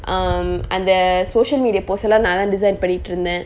um and the social media posts எல்லா நான் தான்:ella naan than design பண்ணிட்டு இருந்தன்:pannittu irunthan